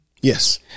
Yes